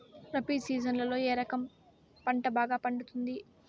రబి సీజన్లలో ఏ రకం పంట బాగా పండుతుంది